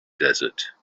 desert